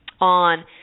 on